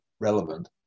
relevant